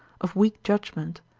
of weak judgment,